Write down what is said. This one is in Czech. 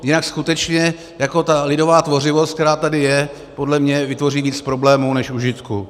Jinak skutečně ta lidová tvořivost, která tady je, podle mě vytvoří víc problémů než užitku.